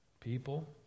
People